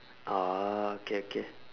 oh okay okay